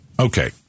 Okay